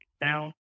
down